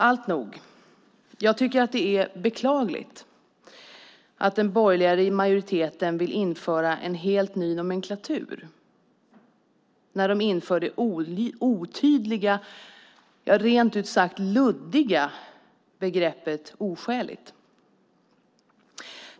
Alltnog, jag tycker att det är beklagligt att den borgerliga majoriteten vill införa en helt ny nomenklatur med det otydliga och rent ut sagt luddiga begreppet oskäligt.